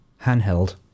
handheld